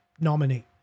nominee